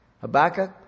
Habakkuk